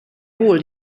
wohl